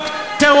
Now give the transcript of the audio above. דו-רגליות מן העיר,